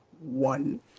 one